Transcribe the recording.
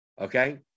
Okay